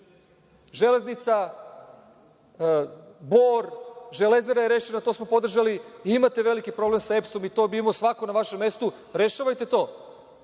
Železnica, Bor. „Železara“ je rešena, to smo podržali. Imate veliki problem sa EPS-om i to bi imao svako na vašem mestu. Rešavajte to.